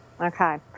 Okay